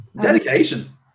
Dedication